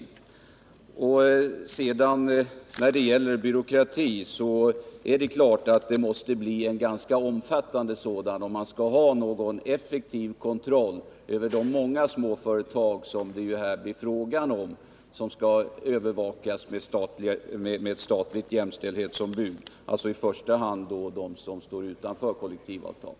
När det sedan gäller spörsmålet om byråkrati är det klart, att det måste bli en ganska omfattande sådan, om man skall ha en effektiv kontroll över de många småföretag som skall övervakas av ett statligt jämställdhetsombud, i första hand de företag som står utanför kollektivavtal.